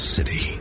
City